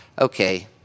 okay